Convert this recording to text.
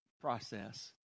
process